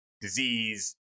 disease